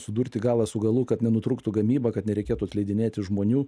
sudurti galą su galu kad nenutrūktų gamyba kad nereikėtų atleidinėti žmonių